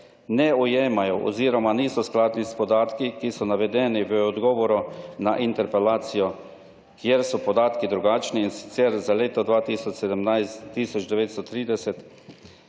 ne ujemajo oziroma niso skladni s podatki, ki so navedeni v odgovoru na interpelacijo, kjer so podatki drugačni in sicer, za leto 2017,